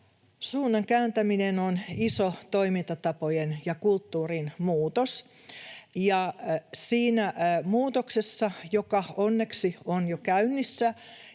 suunnan kääntäminen on iso toimintatapojen ja kulttuurin muutos. Siinä muutoksessa, joka onneksi on jo käynnissä,